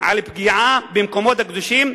פגיעה במקומות הקדושים,